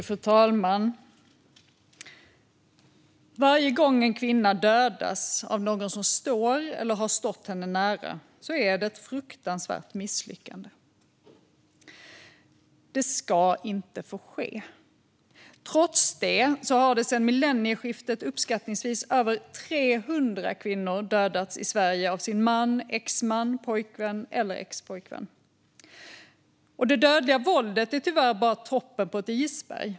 Fru talman! Varje gång en kvinna dödas av någon som står eller har stått henne nära är det ett fruktansvärt misslyckande. Det ska inte få ske. Trots det har sedan millennieskiftet uppskattningsvis över 300 kvinnor dödats i Sverige av sin man, exman, pojkvän eller expojkvän. Det dödliga våldet är tyvärr bara toppen av ett isberg.